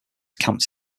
camped